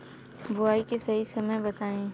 बुआई के सही समय बताई?